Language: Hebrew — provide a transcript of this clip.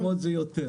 ברוב המקומות זה יותר.